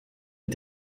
des